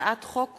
הצעת חוק